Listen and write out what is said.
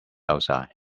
outside